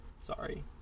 sorry